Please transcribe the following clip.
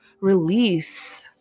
release